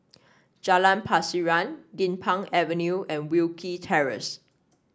Jalan Pasiran Din Pang Avenue and Wilkie Terrace